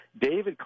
David